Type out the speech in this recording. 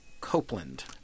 Copeland